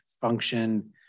function